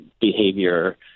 behavior